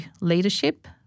leadership